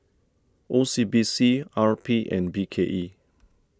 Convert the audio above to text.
O C B C R P and B K E